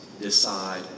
decide